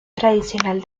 tradicional